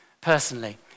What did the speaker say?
personally